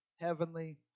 heavenly